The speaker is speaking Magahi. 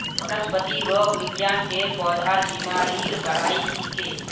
वनस्पतिरोग विज्ञान पेड़ पौधार बीमारीर पढ़ाई छिके